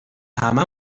همه